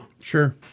Sure